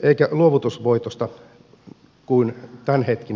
eikä luovutusvoitosta niin kuin tämänhetkinen tilanne on